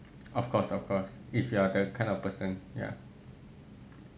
of course of course if you are the kind of person yeah